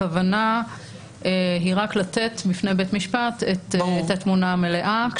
הכוונה היא רק לתת בפני בית המשפט את התמונה המלאה,